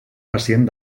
pacient